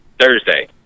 Thursday